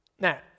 now